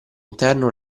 interno